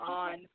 on